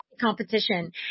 competition